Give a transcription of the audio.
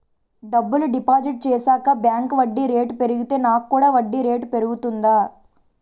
డబ్బులు డిపాజిట్ చేశాక బ్యాంక్ వడ్డీ రేటు పెరిగితే నాకు కూడా వడ్డీ రేటు పెరుగుతుందా?